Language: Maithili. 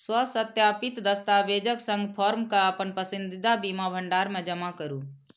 स्वसत्यापित दस्तावेजक संग फॉर्म कें अपन पसंदीदा बीमा भंडार मे जमा करू